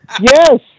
Yes